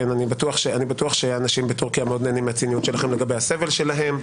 אני בטוח שאנשים בתורכיה מאוד נהנים מהציניות שלכם לגבי הסבל שלהם.